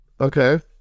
Okay